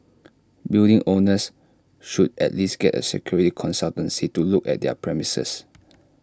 building owners should at least get A security consultancy to look at their premises